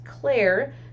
Claire